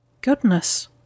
Goodness